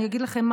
אגיד לך מה,